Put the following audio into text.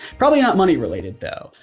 probably not money related though,